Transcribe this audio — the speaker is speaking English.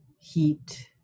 heat